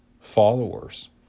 followers